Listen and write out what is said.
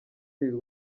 lil